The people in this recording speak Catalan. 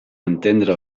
entendre